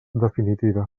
definitiva